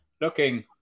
looking